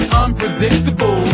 unpredictable